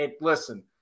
Listen